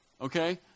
okay